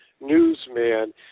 newsman